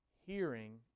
Hearing